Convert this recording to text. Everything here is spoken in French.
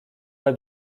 pas